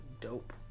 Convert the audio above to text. dope